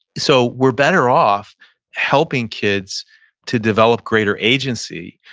so we're better off helping kids to develop greater agency,